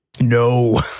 No